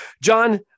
John